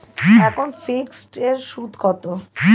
এখন ফিকসড এর সুদ কত?